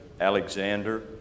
Alexander